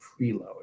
preload